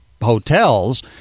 hotels